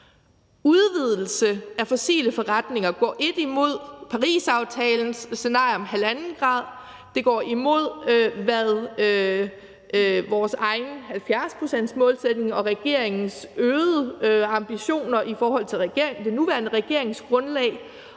Udvidelse af fossile forretninger går imod Parisaftalens scenarie om 1,5 grader, og det går også imod vores egen 70-procentsmålsætning og regeringens øgede ambitioner i forhold til det nuværende regeringsgrundlag.